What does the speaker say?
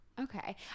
Okay